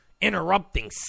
interrupting